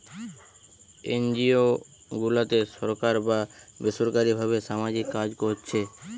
NGO গুলাতে সরকার বা বেসরকারী ভাবে সামাজিক কাজ কোরছে